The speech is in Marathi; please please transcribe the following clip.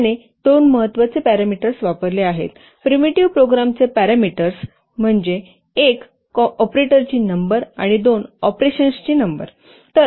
त्याने दोन महत्त्वाचे वापरले आहेत प्रिमिटिव्ह प्रोग्रामचे पॅरामीटर्स एक ऑपरेटरची नंबर आणि दोन ऑपरेशन्सची नंबर